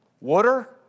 water